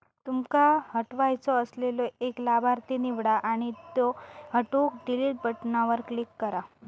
तुमका हटवायचो असलेलो एक लाभार्थी निवडा आणि त्यो हटवूक डिलीट बटणावर क्लिक करा